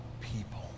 people